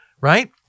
Right